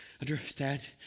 understand